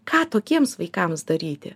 ką tokiems vaikams daryti